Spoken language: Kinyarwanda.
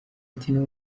ati“ni